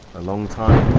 a long time